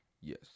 yes